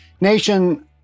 Nation